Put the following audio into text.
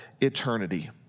eternity